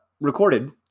recorded